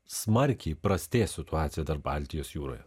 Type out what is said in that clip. smarkiai prastės situacija dar baltijos jūroje